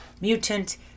mutant